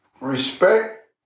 Respect